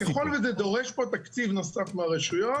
ככל וזה דורש פה תקציב נוסף לרשויות